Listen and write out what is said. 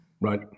right